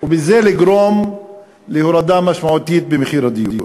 ובזה לגרום להורדה משמעותית של מחיר הדיור.